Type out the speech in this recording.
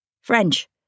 French